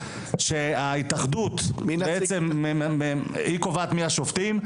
שההתאחדות בעצם היא קובעת מי השופטים.